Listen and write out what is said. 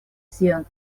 sian